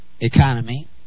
economy